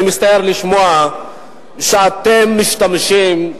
אני מצטער לשמוע שאתם משתמשים,